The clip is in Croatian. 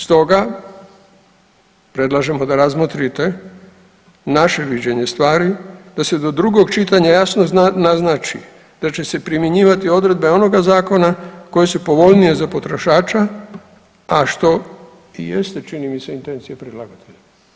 Stoga predlažemo da razmotrite naše viđenje stvari da se do drugoga čitanja jasno naznači da će se primjenjivati odredbe onoga zakona koje su povoljnije za potrošača, a što i jeste činjenica, intencija predlagatelja.